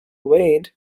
waned